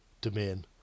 domain